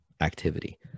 activity